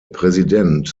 präsident